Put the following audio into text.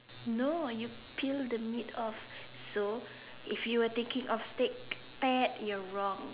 no you peel the meat off so if you were thinking of steak you are wrong